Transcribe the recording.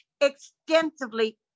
extensively